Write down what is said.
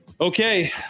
Okay